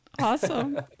Awesome